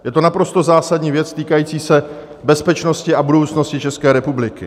Je to naprosto zásadní věc týkající se bezpečnosti a budoucnosti České republiky.